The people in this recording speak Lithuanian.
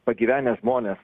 pagyvenę žmonės